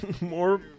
more